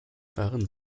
waren